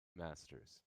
masters